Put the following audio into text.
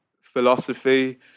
philosophy